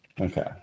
Okay